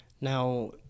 Now